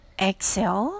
exhale